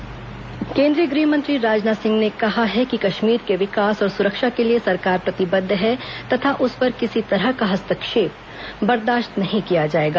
राजनाथ सिंह बिलासपुर केंद्रीय गृह मंत्री राजनाथ सिंह ने कहा है कश्मीर के विकास और सुरक्षा के लिए सरकार प्रतिबद्व है तथा उस पर किसी तरह का हस्तक्षेप बर्दाश्त नहीं किया जाएगा